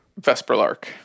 Vesperlark